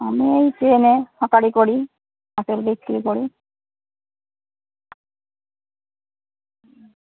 আমি এই ট্রেনে হকারি করি আপেল বিক্রি করি